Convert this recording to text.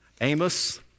Amos